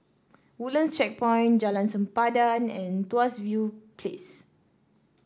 Woodlands Checkpoint Jalan Sempadan and Tuas View Place